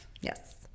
Yes